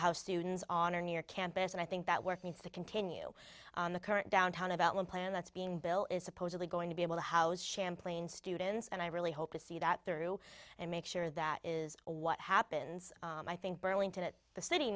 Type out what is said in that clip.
house students on or near campus and i think that work needs to continue on the current downtown about one plan that's being bill is supposedly going to be able to house champlain students and i really hope to see that through and make sure that is what happens i think burlington at the city